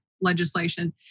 legislation